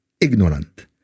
ignorant